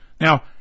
Now